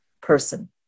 person